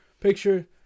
picture